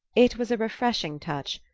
it was a refreshing touch,